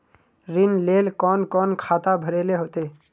ऋण लेल कोन कोन खाता भरेले होते?